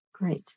great